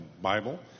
Bible